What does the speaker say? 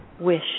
wish